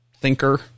thinker